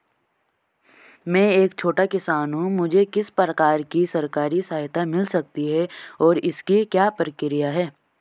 मैं एक छोटा किसान हूँ मुझे किस प्रकार की सरकारी सहायता मिल सकती है और इसकी क्या प्रक्रिया है?